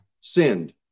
sinned